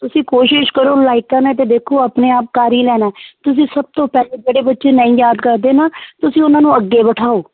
ਤੁਸੀਂ ਕੋਸ਼ਿਸ਼ ਕਰੋ ਲਾਈਕ ਕਰਨਾ ਅਤੇ ਦੇਖੋ ਆਪਣੇ ਆਪ ਕਰ ਹੀ ਲੈਣਾ ਤੁਸੀਂ ਸਭ ਤੋਂ ਪਹਿਲਾਂ ਜਿਹੜੇ ਬੱਚੇ ਨਹੀਂ ਯਾਦ ਕਰਦੇ ਨਾ ਤੁਸੀਂ ਉਹਨਾਂ ਨੂੰ ਅੱਗੇ ਬਿਠਾਉ